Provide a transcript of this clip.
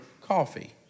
coffee